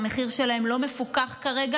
שהמחיר שלהם לא מפוקח כרגע,